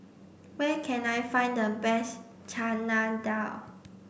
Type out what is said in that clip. where can I find the best Chana Dal